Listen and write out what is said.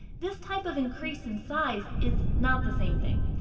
this type of increase in size is not the same thing.